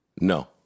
No